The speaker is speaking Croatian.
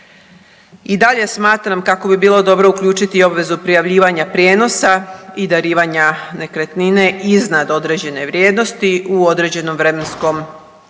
I dalje smatram kako bi bilo dobro uključiti i obvezu prijavljivanja prijenosa i darivanja nekretnine iznad određene vrijednosti, u određenom vremenskom razdoblju